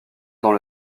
dans